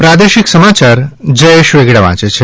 પ્રાદેશિક સમાચાર જયેશ વેગડા વાંચે છે